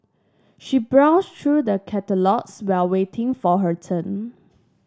she browsed through the catalogues while waiting for her turn